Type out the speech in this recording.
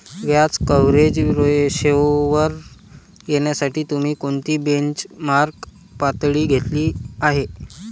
व्याज कव्हरेज रेशोवर येण्यासाठी तुम्ही कोणती बेंचमार्क पातळी घेतली आहे?